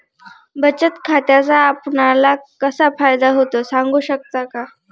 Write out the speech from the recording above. बचत खात्याचा आपणाला कसा फायदा होतो? सांगू शकता का?